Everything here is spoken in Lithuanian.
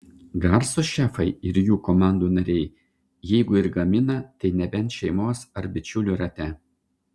garsūs šefai ir jų komandų nariai jeigu ir gamina tai nebent šeimos ar bičiulių rate